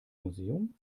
museum